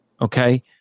Okay